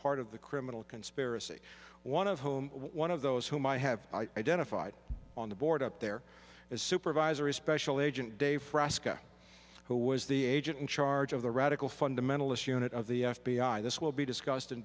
part of the criminal conspiracy one of whom one of those whom i have identified on the board up there is supervisory special agent dave frasca who was the agent in charge of the radical fundamentalist unit of the f b i this will be discussed in